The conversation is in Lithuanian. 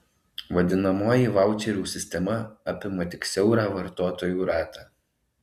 vadinamoji vaučerių sistema apima tik siaurą vartotojų ratą